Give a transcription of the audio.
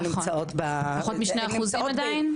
פחות משני אחוזים עדיין?